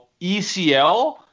ECL